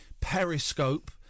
periscope